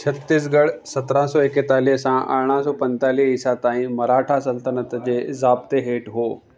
छत्तीसगढ़ सत्रहं सौ एकतालीह सां अरिड़हं सौ पंजतालीह ईसा ताईं मराठा सलतनत जे ज़ाब्ते हेठि हो